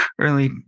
early